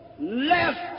left